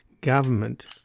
government